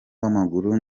w’amaguru